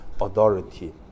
authority